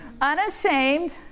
Unashamed